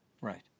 Right